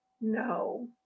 no